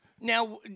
Now